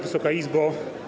Wysoka Izbo!